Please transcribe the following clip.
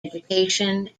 education